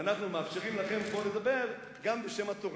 ואנחנו מאפשרים לכם פה לדבר גם בשם התורה.